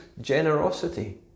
generosity